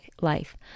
life